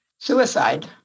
suicide